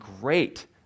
great